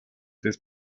des